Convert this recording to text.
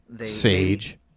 Sage